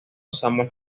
samuel